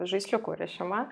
žaisliukų rišimą